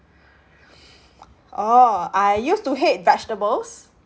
orh I used to hate vegetables